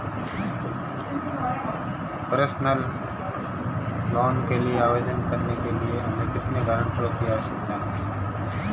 Personal loan के लिए आवेदन करने के लिए हमें कितने गारंटरों की आवश्यकता है?